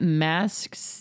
masks